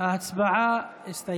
נגד